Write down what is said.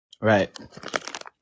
Right